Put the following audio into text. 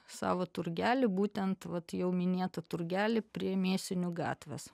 savo turgelį būtent vat jau minėtą turgelį prie mėsinių gatvės